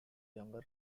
younger